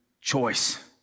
choice